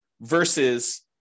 versus